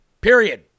Period